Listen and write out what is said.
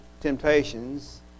temptations